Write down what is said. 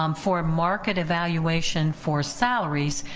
um for market evaluation for salaries,